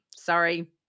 Sorry